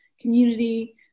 community